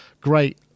great